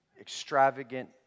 extravagant